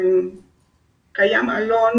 קיים עלון